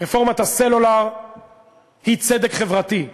רפורמת הסלולר היא צדק חברתי.